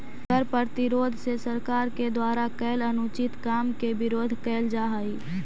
कर प्रतिरोध से सरकार के द्वारा कैल अनुचित काम के विरोध कैल जा हई